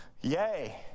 Yay